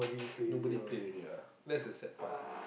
nobody play already ah that's the sad part lah